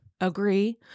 agree